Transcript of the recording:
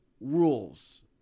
rules